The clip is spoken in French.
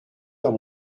dans